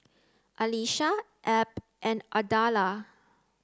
Alisha Ebb and Ardella